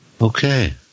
okay